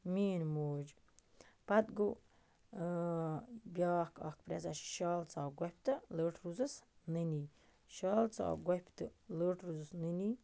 میٲنۍ موج پتہٕ گوٚو بیٛاکھ اکھ پرٮ۪زا چھِ شال ژاو گۄفہِ تہٕ لٔٹ روٗزٕس نٔنی شال شاو گۄفہِ تہٕ لٔٹ روٗزٕس نٔنی